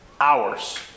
Hours